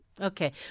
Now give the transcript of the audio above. okay